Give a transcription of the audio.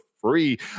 free